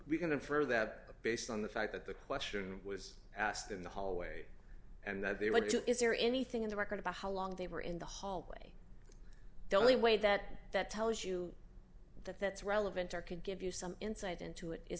infer that based on the fact that the question was asked in the hallway and that they went to is there anything in the record about how long they were in the hallway the only way that that tells you that that's relevant or could give you some insight into it is